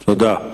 תודה.